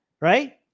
right